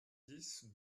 dix